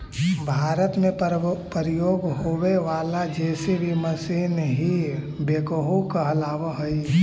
भारत में प्रयोग होवे वाला जे.सी.बी मशीन ही बेक्हो कहलावऽ हई